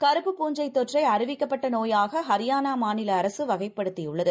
கறுப்புபூஞ்சைதொற்றைஅறிவிக்கப்பட்டநோயாகஹரியானாமாநிலஅரசுவ கைப்படுத்தியுள்ளது